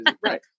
Right